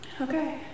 Okay